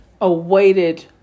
awaited